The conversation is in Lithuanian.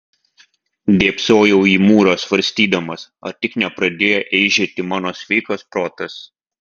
dėbsojau į mūrą svarstydamas ar tik nepradėjo eižėti mano sveikas protas